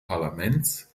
parlaments